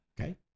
Okay